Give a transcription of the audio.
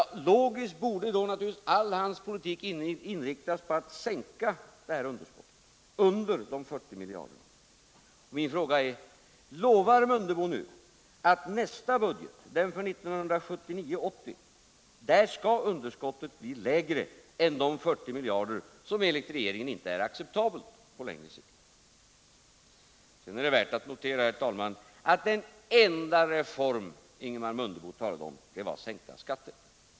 På lång sikt borde därför Ingemar Mundebos hela politik inriktas på att sänka det här underskottet på 40 miljarder. Min fråga är: Lovar Ingemar Mundebo att i nästa budget, den för 1979/80, skall underskottet bli lägre än de 40 miljarder som enligt regeringen inte är acceptabelt på längre sikt? Sedan är det värt att notera, herr talman, att den enda reform Ingemar Mundebo talade om var sänkta skatter.